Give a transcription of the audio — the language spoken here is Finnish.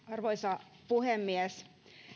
arvoisa puhemies